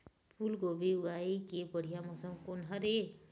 फूलगोभी उगाए के बढ़िया मौसम कोन हर ये?